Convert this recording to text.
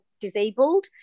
disabled